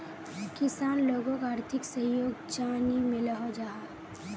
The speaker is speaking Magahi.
किसान लोगोक आर्थिक सहयोग चाँ नी मिलोहो जाहा?